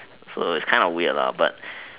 so it's kind of weird lah but